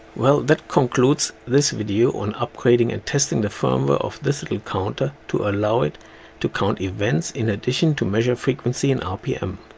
well, that concludes this video on upgrading and testing the firmware of this little counter to allow it count events in addition to measuring frequency and rpm.